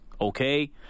Okay